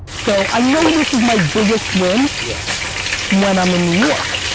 so i know this is my biggest win yeah when i'm in new york.